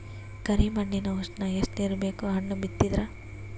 ಕರಿ ಮಣ್ಣಿನ ಉಷ್ಣ ಎಷ್ಟ ಇರಬೇಕು ಹಣ್ಣು ಬಿತ್ತಿದರ?